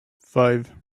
five